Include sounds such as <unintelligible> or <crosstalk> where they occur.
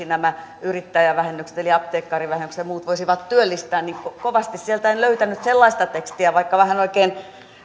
<unintelligible> nämä yrittäjävähennykset eli apteekkarivähennykset ja muut voisivat työllistää että kovasti sieltä en löytänyt sellaista tekstiä vaikka vähän oikein